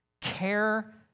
care